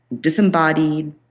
disembodied